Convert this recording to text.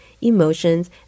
emotions